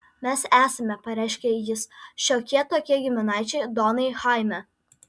mes esame pareiškė jis šiokie tokie giminaičiai donai chaime